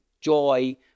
joy